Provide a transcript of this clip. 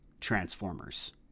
Transformers